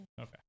Okay